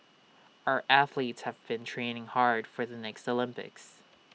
our athletes have been training hard for the next Olympics